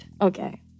Okay